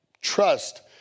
trust